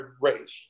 race